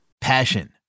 Passion